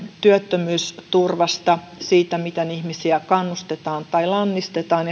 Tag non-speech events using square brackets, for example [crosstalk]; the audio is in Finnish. työttömyysturvasta siitä miten ihmisiä kannustetaan tai lannistetaan [unintelligible]